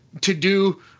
to-do